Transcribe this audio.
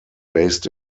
based